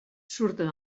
surten